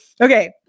Okay